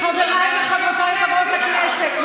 חבריי וחברותיי חברות הכנסת,